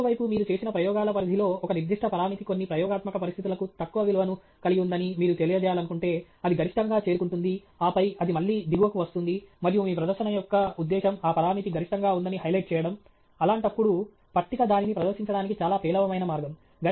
మరోవైపు మీరు చేసిన ప్రయోగాల పరిధిలో ఒక నిర్దిష్ట పరామితి కొన్ని ప్రయోగాత్మక పరిస్థితులకు తక్కువ విలువను కలిగి ఉందని మీరు తెలియజేయాలనుకుంటే అది గరిష్టంగా చేరుకుంటుంది ఆపై అది మళ్ళీ దిగువకు వస్తుంది మరియు మీ ప్రదర్శన యొక్క ఉద్దేశ్యం ఆ పరామితి గరిష్టంగా ఉందని హైలైట్ చేయడం అలాంటప్పుడు పట్టిక దానిని ప్రదర్శించడానికి చాలా పేలవమైన మార్గం